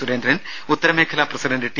സുരേന്ദ്രൻ ഉത്തരമേഖല president T